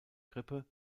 grippe